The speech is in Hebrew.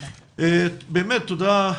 תודה,